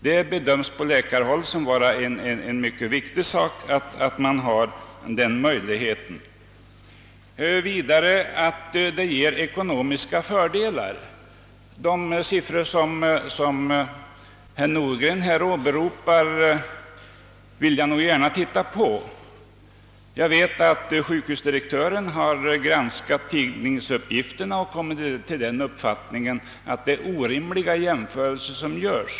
Det bedöms på läkarhåll som mycket viktigt att ha denna möjlighet. Vidare är den ekonomiskt gynnsam. De siffror som herr Nordgren här åberopar vill jag därför gärna titta på. Jag vet att sjukhusdirektören har granskat tidningsuppgifterna och fått den uppfattningen att det är orimliga jämförelser som görs.